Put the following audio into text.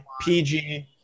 PG